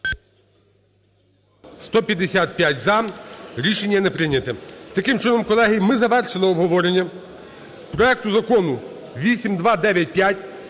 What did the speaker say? За-155 Рішення не прийнято. Таким чином, колеги, ми завершили обговорення проекту Закону 8295.